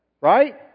Right